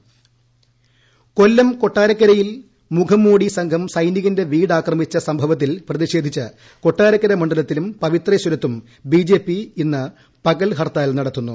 ടടടടടടടടടടടട ഹർത്താൽ കൊല്ലം കൊട്ടാരക്കരയിൽ മുഖംമൂടി സംഘം സൈനികന്റെ വീട് ആക്രമിച്ച സംഭവത്തിൽ പ്രതിഷേധിച്ച് കൊട്ടാരക്കര മണ്ഡലത്തിലും പവിത്രേശ്വരത്തും ബിജെപി ഇന്ന് പകൽ ഹർത്താൽ നടത്തുന്നു